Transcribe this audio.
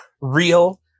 real